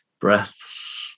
breaths